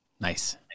Nice